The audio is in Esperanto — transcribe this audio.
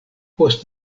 post